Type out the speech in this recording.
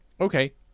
okay